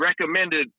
recommended